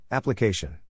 Application